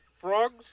frogs